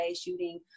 shooting